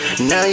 Now